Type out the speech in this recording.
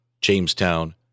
Jamestown